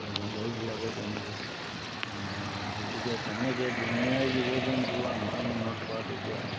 জংঘলবিলাকো কমি গ'ল গতিকে তেনেকৈ বনৰীয়া জীৱ জন্তু আমাৰ মনত পৰাত এতিয়া